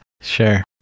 Sure